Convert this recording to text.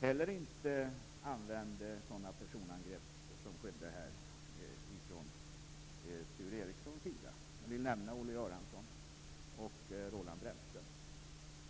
heller inte använde sådana personangrepp som Sture Ericson gjorde. Jag vill nämna Olle Göransson och Roland Brännström.